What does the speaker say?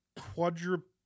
quadruple